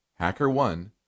HackerOne